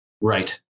Right